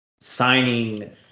signing